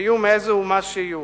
ויהיו מאיזו אומה שיהיו.